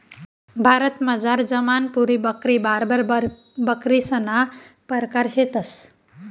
भारतमझार जमनापुरी बकरी, बार्बर बकरीसना परकार शेतंस